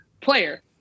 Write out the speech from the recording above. player